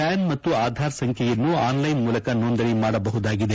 PAN ಮತ್ತು ಆಧಾರ್ ಸಂಖ್ಯೆಯನ್ನು online ಮೂಲಕ ನೊಂದಣಿ ಮಾಡಬಹುದಾಗಿದೆ